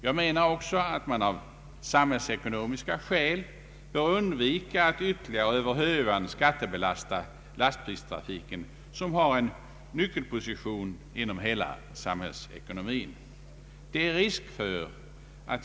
Jag menar också att man av samhällsekonomiska skäl bör undvika att ytterligare över hövan skattebelasta lastbilstrafiken, som har en nyckelposition inom hela samhällsekonomin.